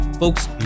Folks